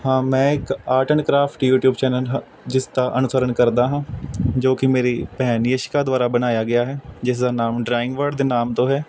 ਹਾਂ ਮੈਂ ਇੱਕ art and craft YouTube channel ਹ ਜਿਸ ਦਾ ਅਨੁਸਰਨ ਕਰਦਾ ਹਾਂ ਜੋ ਕਿ ਮੇਰੀ ਭੈਣ ਯਸ਼ਿਕਾ ਦੁਆਰਾ ਬਣਾਇਆ ਗਿਆ ਹੈ ਜਿਸ ਦਾ ਨਾਮ ਡਰਾਇੰਗ ਵਰਡ ਦੇ ਨਾਮ ਤੋਂ ਹੈ